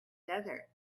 desert